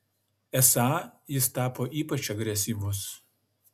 esą jis tapo ypač agresyvus